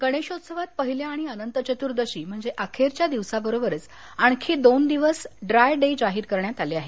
गणेशोत्सवात पहिल्या आणि अनंत चत्र्दशी म्हणजे अखेरच्या दिवसाबरोबरच आणखी दोन दिवस ड्राय डे जाहीर करण्यात आले आहेत